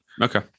okay